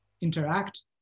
interact